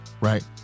Right